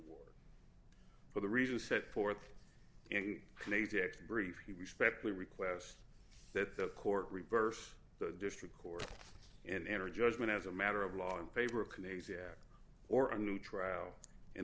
ward for the reasons set forth in briefly respectfully request that the court reversed the district court and enter judgment as a matter of law in favor of canadiana or a new trial